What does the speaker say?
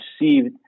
received